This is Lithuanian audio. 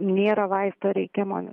nėra vaisto reikiamo